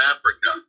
Africa